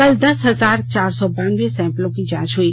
कल दस हजार चार सौ बानबे सैंपलों की जांच हुई